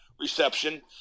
reception